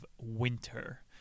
winter